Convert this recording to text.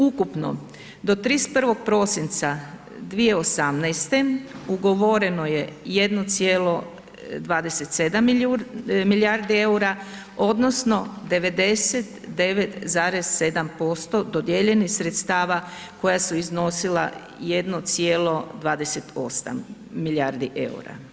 Ukupno, do 31. prosinca 2018. ugovoreno je 1,27 milijardi EUR-a odnosno 99,7% dodijeljenih sredstava koja su iznosila 1,28 milijardi EUR-a.